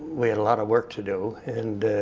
we had a lot of work to do. and